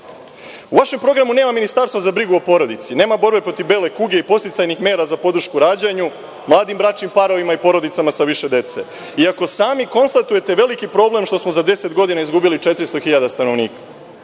vašem programu nema ministarstva za brigu o porodici, nema borbe protiv bele kuge i podsticajnih mera za podršku rađanju, mladim bračnim parovima i porodicama sa više dece. I ako sami konstatujete veliki problem što smo za deset godina izgubili četiri stotine